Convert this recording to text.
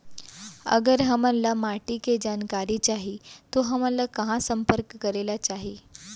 अगर हमन ला माटी के जानकारी चाही तो हमन ला कहाँ संपर्क करे ला चाही?